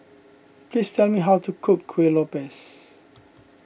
please tell me how to cook Kuih Lopes